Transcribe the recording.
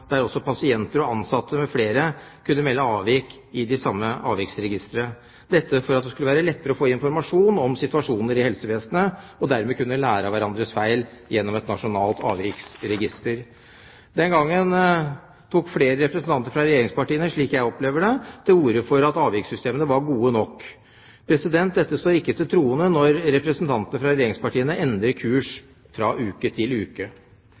der også pasienter og ansatte m.fl. kunne melde avvik i det samme avviksregisteret – dette for at det skulle være lettere å få informasjon om situasjoner i helsevesenet, og dermed kunne lære av hverandres feil. Den gangen tok flere representanter fra regjeringspartiene, slik jeg opplever det, til orde for at avvikssystemene var gode nok. Det står ikke til troende når representantene fra regjeringspartiene endrer kurs fra uke til uke.